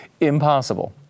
impossible